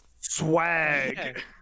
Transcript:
Swag